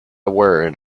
word